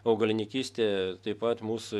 augalininkystė taip pat mūsų